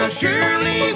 surely